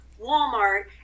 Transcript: Walmart